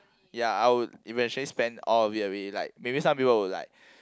ya I would eventually spend all of it away like maybe some people would like